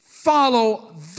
follow